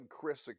Chris